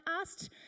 asked